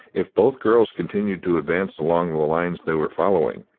if both girls continued to advance along the lines they were following,